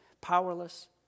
powerless